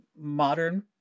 modern